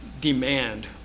demand